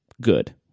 good